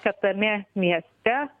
kad tame mieste